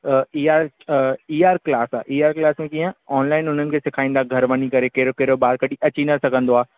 अ इहा अ ई आर क्लास आहे इ आर क्लास में कीअं ऑनलाइन हुननि खे सेखारींदा घर वञी करे कहिड़ो कहिड़ो ॿार कॾहिं अची न सघंदो आहे